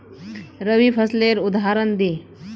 रवि फसलेर उदहारण दे?